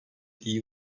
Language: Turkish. iyi